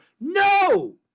No